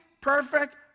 perfect